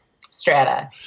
strata